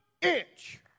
inch